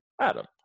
Adam